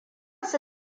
su